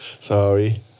Sorry